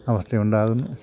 അവസ്ഥയുണ്ടാവും